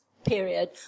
period